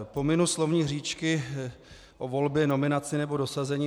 Pominu slovní hříčky o volbě, nominaci nebo dosazení.